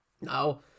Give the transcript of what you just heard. Now